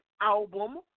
album